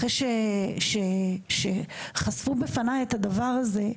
אחרי שחשפו בפניי את הדבר הזה,